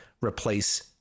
replace